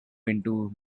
into